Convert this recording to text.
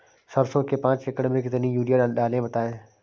सरसो के पाँच एकड़ में कितनी यूरिया डालें बताएं?